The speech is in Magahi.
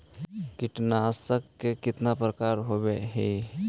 कीटनाशक के कितना प्रकार होव हइ?